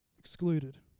excluded